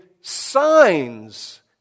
signs